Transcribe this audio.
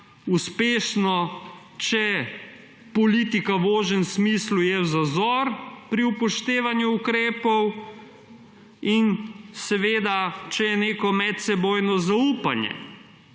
uspešno, če je politika v ožjem smislu za vzor pri upoštevanju ukrepov in če je neko medsebojno zaupanje